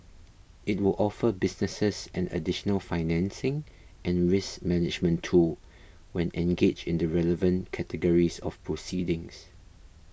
it will offer businesses an additional financing and risk management tool when engaged in the relevant categories of proceedings